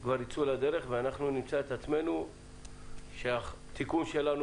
כבר יצאו לדרך ואנחנו נמצא את עצמנו כשהתיקון שלנו